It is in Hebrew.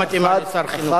בבתי-הספר,